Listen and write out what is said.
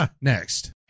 Next